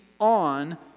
on